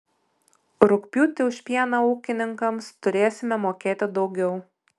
rugpjūtį už pieną ūkininkams turėsime mokėti daugiau